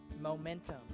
Momentum